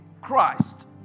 Christ